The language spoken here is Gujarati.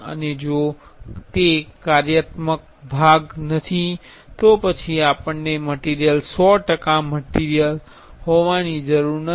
અને જો તે કાર્યાત્મક ભાગ નથી તો પછી આપણને મટીરિયલ 100 ટકા મટીરિયલ હોવાની જરૂર નથી